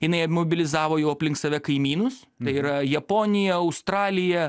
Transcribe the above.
jinai mobilizavo jau aplink save kaimynus tai yra japonija australija